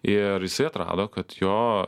ir jisai atrado kad jo